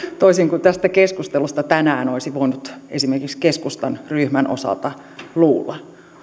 toisin kuin tästä keskustelusta tänään olisi voinut esimerkiksi keskustan ryhmän osalta luulla